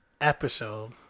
episode